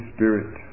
Spirit